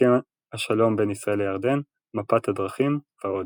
הסכם השלום בין ישראל לירדן, מפת הדרכים ועוד.